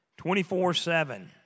24-7